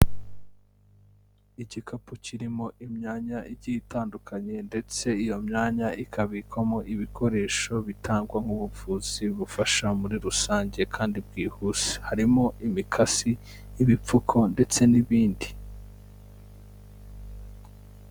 Igikapu kirimo imyanya igi itandukanye ndetse iyo myanya ikabikwamo ibikoresho bitangwa nk'ubuvuzi bufasha muri rusange kandi bwihuse, harimo imikasi y'ibipfuko ndetse n'ibindi.